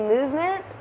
Movement